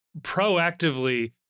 proactively